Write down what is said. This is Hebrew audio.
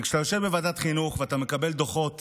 כי כשאתה יושב בוועדת חינוך ואתה מקבל דוחות